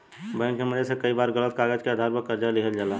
bank के मदद से कई बार गलत कागज के आधार पर कर्जा लिहल जाला